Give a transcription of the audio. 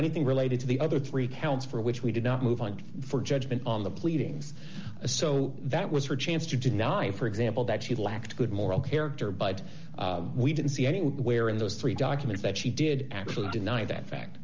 anything related to the other three counts for which we did not move on for judgment on the pleadings so that was her chance to deny for example that she lacked good moral character but we didn't see anywhere in those three documents that she did actually deny that fact